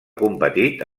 competit